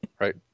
Right